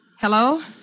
Hello